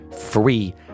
free